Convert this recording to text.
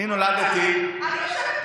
אני נולדתי, אני מקשיבה.